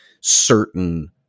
certain